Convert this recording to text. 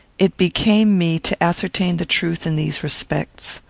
it became me to ascertain the truth in these respects.